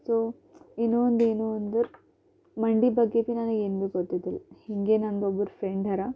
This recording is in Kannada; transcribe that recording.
ಸೊ ಇನ್ನೊಂದೇನು ಅಂದರೆ ಮಂಡಿ ಬಗ್ಗೆ ಬಿ ನನಿಗೇನು ಬಿ ಗೊತ್ತಿದ್ದಿಲ್ಲ ಹಿಂಗೆ ನಂದೊಬ್ರು ಫ್ರೆಂಡ್ಹರ